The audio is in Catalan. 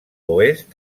oest